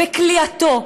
בכליאתו.